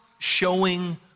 Showing